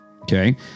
Okay